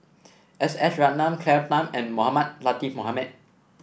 S S Ratnam Claire Tham and Mohamed Latiff Mohamed